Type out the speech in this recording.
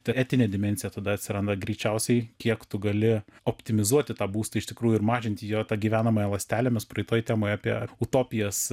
ta etinė dimensija tada atsiranda greičiausiai kiek tu gali optimizuoti tą būstą iš tikrųjų ir mažinti jo tą gyvenamąją ląstelę mes praeitoj temoj apie utopijas